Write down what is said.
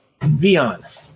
Vion